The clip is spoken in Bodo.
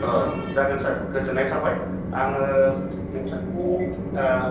ओह जागोन सार गोजोन्नाय थाबाय आङो नोंथांनि